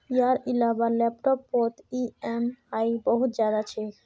यार इलाबा लैपटॉप पोत ई ऍम आई बहुत ज्यादा छे